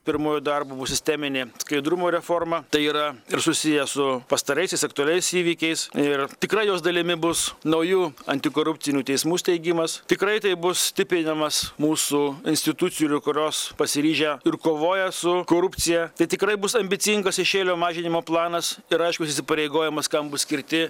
pirmuoju darbu bus sisteminė skaidrumo reforma tai yra ir susiję su pastaraisiais aktualiais įvykiais ir tikrai jos dalimi bus naujų antikorupcinių teismų steigimas tikrai tai bus stiprinimas mūsų institucijų kurios pasiryžę ir kovoja su korupcija tai tikrai bus ambicingas šešėlio mažinimo planas ir aiškus įsipareigojimas kam bus skirti